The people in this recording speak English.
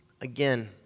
Again